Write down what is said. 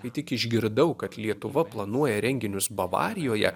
kai tik išgirdau kad lietuva planuoja renginius bavarijoje